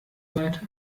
seite